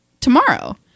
tomorrow